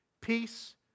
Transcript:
Peace